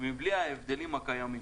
מבלי ההבדלים הקיימים